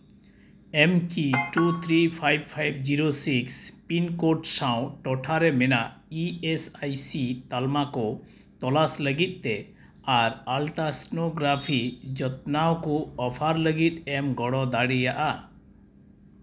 ᱮᱢ ᱠᱤ two three five five zero six pin code ᱥᱟᱶ ᱴᱚᱴᱷᱟ ᱨᱮ ᱢᱮᱱᱟᱜ ᱤ ᱮᱥ ᱟᱭ ᱥᱤ ᱛᱟᱞᱢᱟ ᱠᱚ ᱛᱚᱞᱟᱥ ᱞᱟᱹᱜᱤᱫ ᱛᱮ ᱟᱨ ᱟᱞᱴᱟᱥᱳᱱᱳᱜᱨᱟᱷᱤ ᱡᱚᱛᱱᱟᱣ ᱠᱚ ᱚᱯᱷᱟᱨ ᱞᱟᱹᱜᱤᱫ ᱮᱢ ᱜᱚᱲᱚ ᱫᱟᱲᱮᱭᱟᱜᱼᱟ